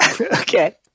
Okay